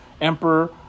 emperor